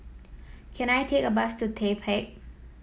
can I take a bus to The Peak